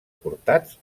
portats